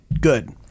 Good